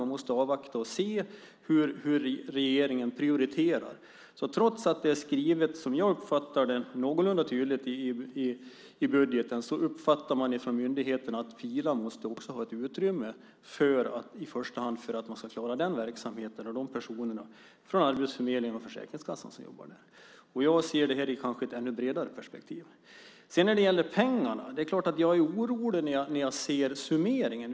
Man måste avvakta och se hur regeringen prioriterar, säger man. Trots att det är skrivet någorlunda tydligt, som jag uppfattar det, i budgeten uppfattar man från myndigheterna att också Pila måste ha ett utrymme. I första hand måste man klara den verksamheten och de personer som jobbar där från arbetsförmedlingen och Försäkringskassan, tycker man. Jag ser kanske detta i ett bredare perspektiv. När det gäller pengarna är det klart att jag är orolig när jag ser summeringen.